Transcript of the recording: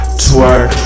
twerk